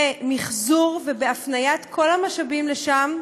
במחזור ובהפניית כל המשאבים לשם,